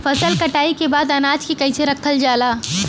फसल कटाई के बाद अनाज के कईसे रखल जाला?